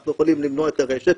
אנחנו יכולים למנוע את הרשת.